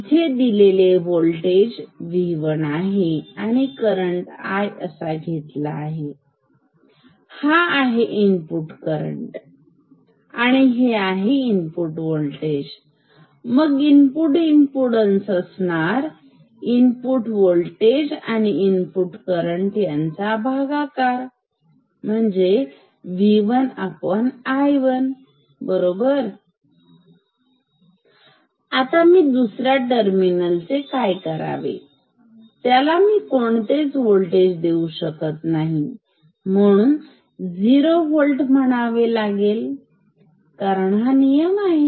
इथे दिलेले voltage V1 आहे म्हणजे मी करंट I असा घेतला पाहिजे हा आहे इनपुट करंट आणि हे आहे इनपुट वोल्टेज मग इनपुट इमपीडन्स असणार इनपुट वोल्टेज आणि इनपुट करंट यांचा भागाकार V1 I1 बरोबर आता मी दुसऱ्या टर्मिनल काय करावे त्याला मी कोणतेच व्होल्टेज देऊ शकत नाही म्हणून झिरो होल्ट म्हणावे कारण हा नियम आहे